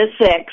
six